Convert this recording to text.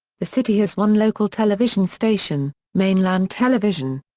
the city has one local television station, mainland television.